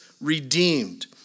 redeemed